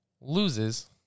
loses